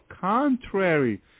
contrary